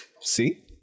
See